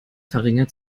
verringert